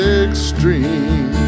extreme